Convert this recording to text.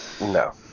No